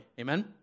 Amen